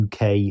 UK